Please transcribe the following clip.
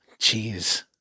Jeez